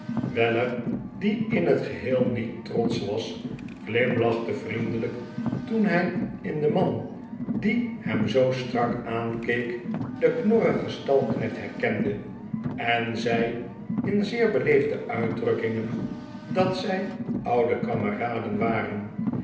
die in het geheel niet trotsch was glimlachte vriendelijk toen hij in den man die hem zoo strak aankeek den khorrigen stalknecht herkende en zei in zeer beleefde uitdrukkingen dat zij oude kameraden waren